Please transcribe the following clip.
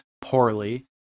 poorly